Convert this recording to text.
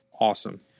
awesome